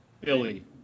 billy